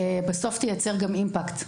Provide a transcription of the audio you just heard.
ייצרו בסוף גם אימפקט.